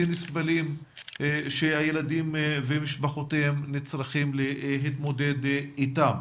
נסבלים שהילדים ומשפחותיהם נצרכים להתמודד איתם.